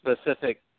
specific